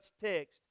text